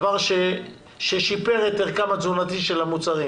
דבר ששיפר את ערכם התזונתי של המוצרים.